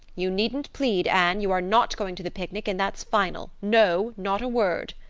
you needn't plead, anne. you are not going to the picnic and that's final. no, not a word.